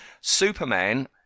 superman